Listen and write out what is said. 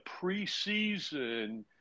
preseason